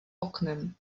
oknem